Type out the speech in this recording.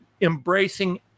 embracing